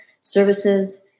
services